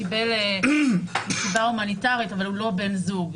קיבל נקודה הומניטרית אבל הוא לא בן זוג.